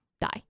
die